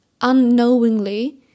unknowingly